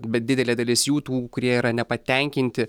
bet didelė dalis jų tų kurie yra nepatenkinti